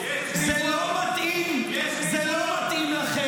זה לא מתאים לכם,